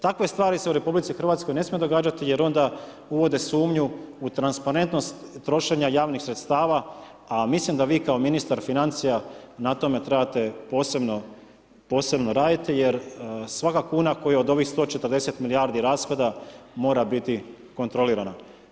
Takve stvari se u RH ne smiju događati jer onda uvode sumnju u transparentnost trošenja javnih sredstava, a mislim da vi kao ministar financija na tome trebate posebno, posebno raditi jer svaka kuna koja od ovih 140 milijardi rashoda mora biti kontrolirana.